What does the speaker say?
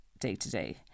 day-to-day